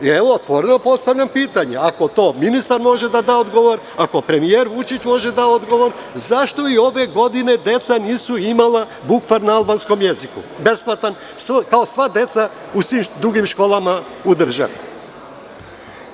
Otvoreno postavljam pitanje, ako ministar može da da odgovor, ako premijer Vučić može da da odgovor, zašto i ove godine deca nisu imala bukvar na albanskom jeziku, besplatan, kao sva deca u svim drugim školama u državi?